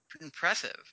impressive